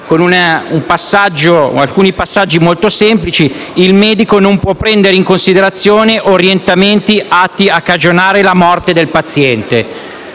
con alcuni passaggi molto semplici. Il medico non può prendere in considerazione orientamenti atti a cagionare la morte del paziente.